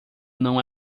não